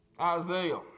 Isaiah